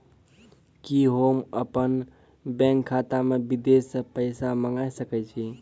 कि होम अपन बैंक खाता मे विदेश से पैसा मंगाय सकै छी?